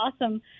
awesome